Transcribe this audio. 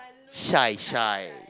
shy shy